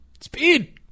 Speed